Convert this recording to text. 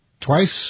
twice